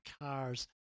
cars